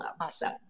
Awesome